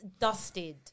dusted